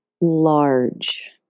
large